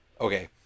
Okay